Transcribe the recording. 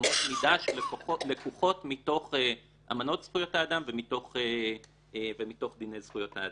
אמות מידה שלקוחות מתוך אמנות זכויות האדם ומתוך דיני זכויות האדם.